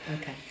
okay